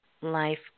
life